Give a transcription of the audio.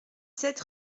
sept